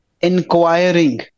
inquiring